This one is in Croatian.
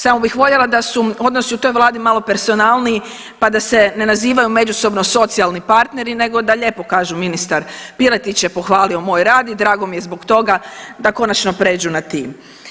Samo bih voljela da su odnosi u toj Vladi malo personalniji, pa da se ne nazivaju međusobno socijalni partneri, nego da lijepo kažu ministar Piletić je pohvalio moj rad i drago mi je zbog toga, da konačno prijeđu na ti.